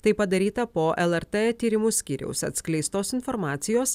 tai padaryta po lrt tyrimų skyriaus atskleistos informacijos